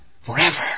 forever